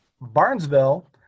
Barnesville